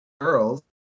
girls